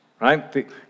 right